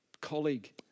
colleague